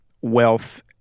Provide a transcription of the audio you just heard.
wealth